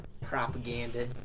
Propaganda